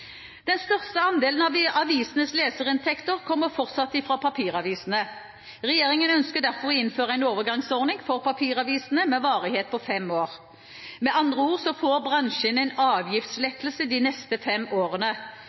Den største andelen av avisenes leserinntekter kommer fortsatt fra papiravisene. Regjeringen ønsker derfor å innføre en overgangsordning for papiravisene med varighet på fem år. Med andre ord får bransjen en avgiftslettelse de neste fem årene.